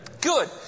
Good